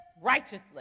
righteously